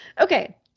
Okay